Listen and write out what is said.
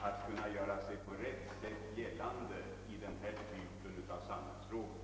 att göra sig på rätt sätt gällande i denna typ av samhällsfrågor.